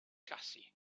cassie